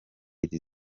iri